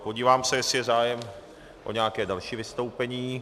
Podívám se, jestli je zájem o nějaké další vystoupení.